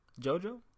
JoJo